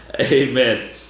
Amen